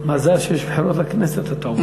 מזל שיש בחירות לכנסת, אתה אומר.